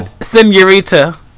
senorita